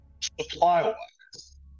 Supply-wise